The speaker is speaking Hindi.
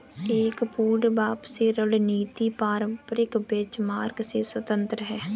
एक पूर्ण वापसी रणनीति पारंपरिक बेंचमार्क से स्वतंत्र हैं